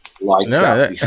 no